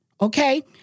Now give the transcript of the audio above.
Okay